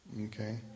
Okay